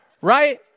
Right